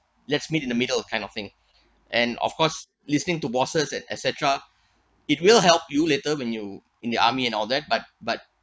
let's meet in the middle kind of thing and of course listening to bosses and etcetera it will help you later when you in the army and all that but but